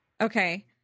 Okay